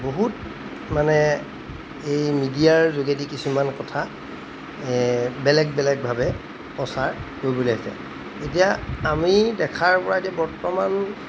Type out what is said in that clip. বহুত মানে এই মিডিয়াৰ যোগেদি কিছুমান কথা বেলেগ বেলেগভাৱে প্ৰচাৰ কৰিব লাগিছে এতিয়া আমি দেখাৰপৰা এতিয়া বৰ্তমান